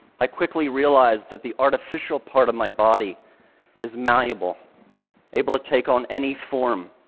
i quickly realized that the artificial part of my body is malleable able to take on any form,